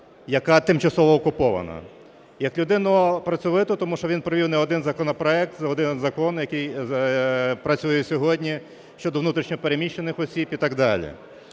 яка тимчасово окупована, як людину працьовиту, тому що він провів не один законопроект, не один закон, який працює сьогодні, щодо внутрішньо переміщених осіб і так далі.